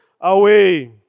away